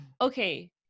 Okay